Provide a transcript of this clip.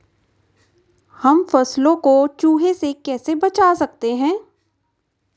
हम फसलों को चूहों से कैसे बचा सकते हैं?